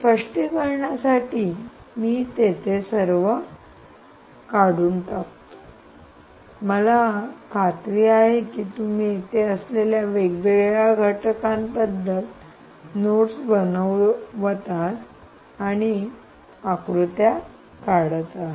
स्पष्टीकरणासाठी मी येथे सर्वकाही काढून टाकतो मला खात्री आहे की तुम्ही इथे असलेल्या वेगवेगळ्या घटकांबद्दल नोट्स बनवत आहात आणि आकृत्या काढत आहात